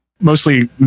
mostly